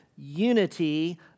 unity